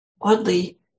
oddly